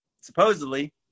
supposedly